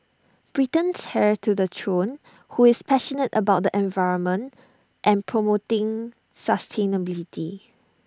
Britain's heir to the throne who is passionate about the environment and promoting sustainability